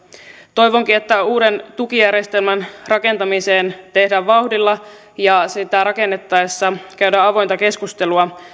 toivonkin että uuden tukijärjestelmän rakentaminen tehdään vauhdilla ja sitä rakennettaessa käydään avointa keskustelua